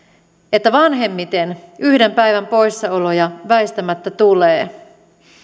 että vanhemmiten yhden päivän poissaoloja väistämättä tulee